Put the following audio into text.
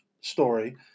story